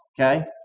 okay